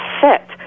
set